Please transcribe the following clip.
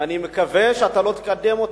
ואני מקווה שאתה לא תקדם אותו.